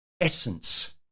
essence